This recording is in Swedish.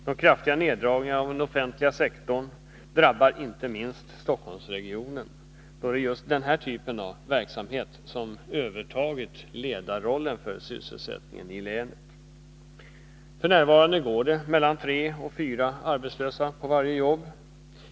De kraftiga nerdragningarna av den offentliga verksamheten drabbar inte minst Stockholmsregionen, då det är just denna typ av verksamhet som övertagit ledarrollen när det gäller sysselsättningen i länet. F. n. går det mellan tre och fyra arbetslösa på varje ledigt jobb.